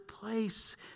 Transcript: place